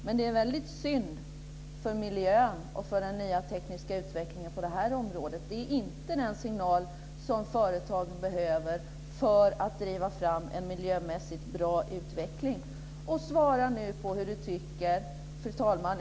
Men det är väldigt synd för miljön och för den nya tekniska utvecklingen på det här området. Det är inte den signal som företag behöver för att driva fram en miljömässigt bra utveckling. Fru talman!